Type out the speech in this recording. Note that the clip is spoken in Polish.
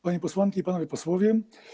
Panie Posłanki i Panowie Posłowie!